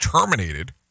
terminated